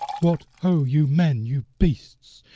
what, ho! you men, you beasts,